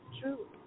true